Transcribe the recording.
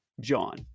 John